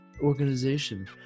organization